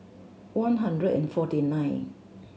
one hundred and forty nine